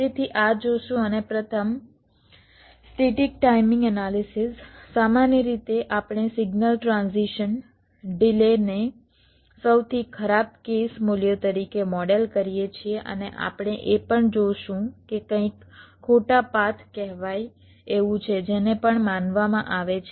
તેથી આ જોશું અને પ્રથમ સ્ટેટીક ટાઇમિંગ એનાલિસિસ સામાન્ય રીતે આપણે સિગ્નલ ટ્રાન્ઝિશન ડિલેને સૌથી ખરાબ કેસ મૂલ્યો તરીકે મોડેલ કરીએ છીએ અને આપણે એ પણ જોશું કે કંઇક ખોટા પાથ કહેવાય એવું છે જેને પણ માનવામાં આવે છે